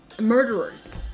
murderers